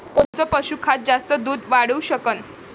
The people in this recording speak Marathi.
कोनचं पशुखाद्य जास्त दुध वाढवू शकन?